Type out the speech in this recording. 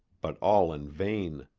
but all in vain.